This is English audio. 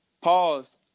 Pause